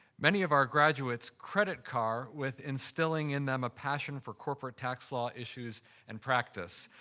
many of our graduates credit carr with instilling in them a passion for corporate tax law issues and practice.